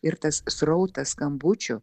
ir tas srautas skambučių